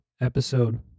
episode